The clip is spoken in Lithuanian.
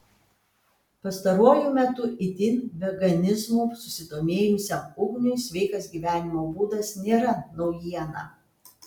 pastaruoju metu itin veganizmu susidomėjusiam ugniui sveikas gyvenimo būdas nėra naujiena